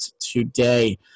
today